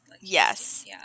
Yes